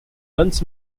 guns